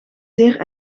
zeer